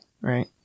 right